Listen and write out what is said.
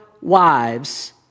wives